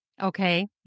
Okay